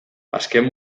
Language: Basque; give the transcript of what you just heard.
azken